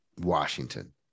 Washington